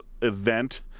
event